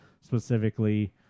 specifically